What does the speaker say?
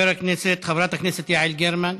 חברת הכנסת יעל גרמן,